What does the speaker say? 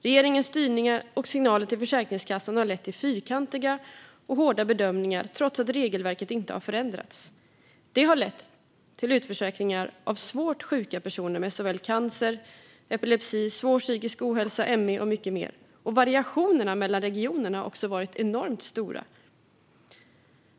Regeringens styrning och signaler till Försäkringskassan har lett till fyrkantiga och hårda bedömningar trots att regelverket inte har förändrats. Det har lett till utförsäkringar av svårt sjuka personer med cancer, epilepsi, svår psykisk ohälsa, ME och mycket mer. Variationerna mellan regionerna har också varit enormt stora.